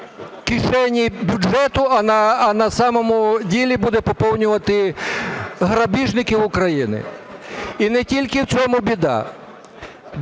кишеню бюджету, а на самому ділі буде поповнювати грабіжників України. І не тільки в цьому біда.